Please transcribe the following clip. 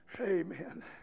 Amen